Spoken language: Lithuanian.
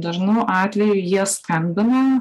dažnu atveju jie skambina